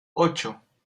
ocho